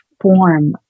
form